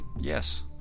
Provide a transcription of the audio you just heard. yes